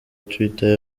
twitter